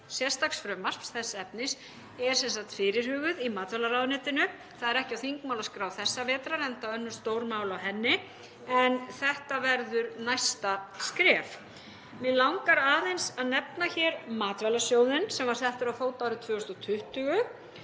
sérstaks frumvarps þess efnis er sem sagt fyrirhuguð í matvælaráðuneytinu. Það er ekki á þingmálaskrá þessa vetrar enda önnur stór mál á henni en þetta verður næsta skref. Mig langar aðeins að nefna hér matvælasjóð sem var settur á fót árið 2020.